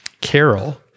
Carol